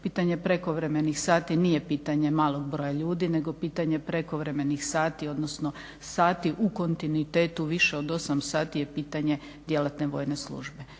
pitanje prekovremenih sati nije pitanje malog broja ljudi nego pitanje prekovremenih sati odnosno sati u kontinuitetu više od 8 sati je pitanje djelatne vojne službe.